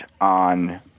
on